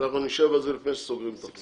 אנחנו נשב על זה לפני שסוגרים את החוק.